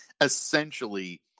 essentially